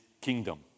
kingdom